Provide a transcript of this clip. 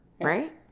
Right